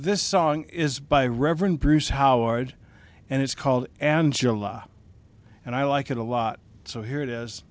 this song is by reverend bruce howard and it's called angela and i like it a lot so here it is